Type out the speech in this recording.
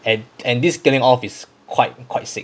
and and this scaling off is quite quite sick